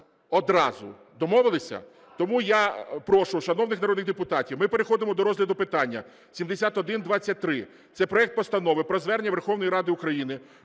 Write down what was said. одразу. Домовилися? Тому я прошу шановних народних депутатів, ми переходимо до розгляду питання 7123, це проект Постанови про Звернення Верховної Ради України